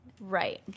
right